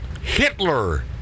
Hitler